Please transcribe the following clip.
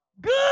good